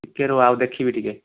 ଟିକେ ରୁହ ଆଉ ଦେଖିବି ଟିକେ